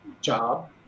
job